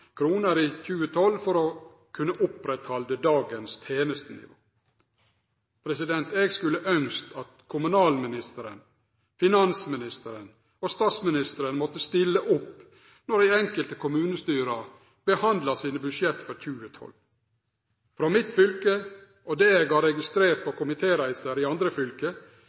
i 2012 for å kunne halde ved lag dagens tenestenivå. Eg skulle ønskt at kommunalministeren, finansministeren og statsministeren måtte stille opp når dei enkelte kommunestyra behandla sine budsjett for 2012. Frå mitt fylke – og det eg har registrert på komitéreiser i andre fylke